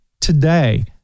today